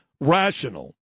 rational